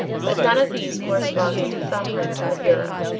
but none of these correspond to the thumb prints on the bureau.